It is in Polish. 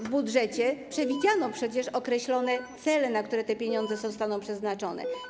W budżecie przewidziano przecież określone cele, na jakie te pieniądze zostaną przeznaczone.